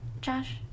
Josh